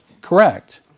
correct